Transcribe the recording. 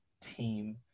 team